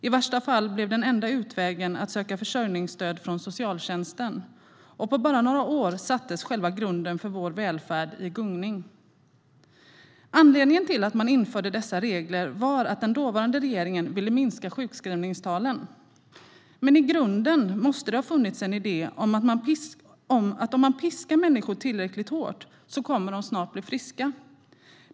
I värsta fall blev den enda utvägen att söka försörjningsstöd från socialtjänsten. På bara några år sattes själva grunden för vår välfärd i gungning. Anledningen till att man införde dessa regler var att den dåvarande regeringen ville minska sjukskrivningstalen. Men i grunden måste det ha funnits en idé om att om man piskar människor tillräckligt hårt kommer de snart att bli friska.